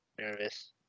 nervous